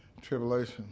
tribulation